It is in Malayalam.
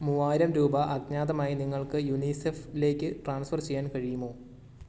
മൂവായിരം രൂപ അജ്ഞാതമായി നിങ്ങൾക്ക് യുനിസെഫിലേക്ക് ട്രാൻസ്ഫർ ചെയ്യാൻ കഴിയുമോ